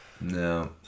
No